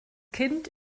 kind